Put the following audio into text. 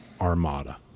Armada